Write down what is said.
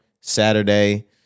Saturday